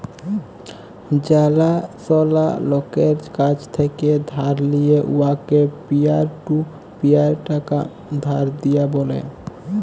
জালাশলা লকের কাছ থ্যাকে ধার লিঁয়ে উয়াকে পিয়ার টু পিয়ার টাকা ধার দিয়া ব্যলে